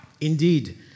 Indeed